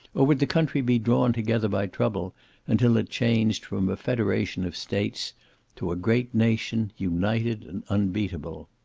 or would the country be drawn together by trouble until it changed from a federation of states to a great nation, united and unbeatable?